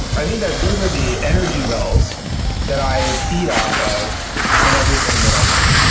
i think that those are the energy wells that i feed off of in everything that i do.